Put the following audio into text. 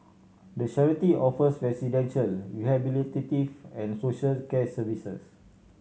the charity offers residential rehabilitative and socials care services